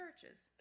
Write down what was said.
churches